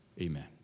amen